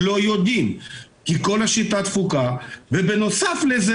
לא יודעים כי כל השיטה דפוקה ובנוסף לזה,